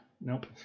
Nope